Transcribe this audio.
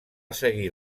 seguir